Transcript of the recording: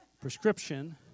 prescription